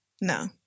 no